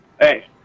Hey